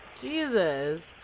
Jesus